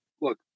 look